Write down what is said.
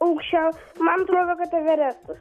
aukščiausia man atrodo kad everestas